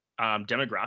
demographic